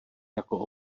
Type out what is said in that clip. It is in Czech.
jako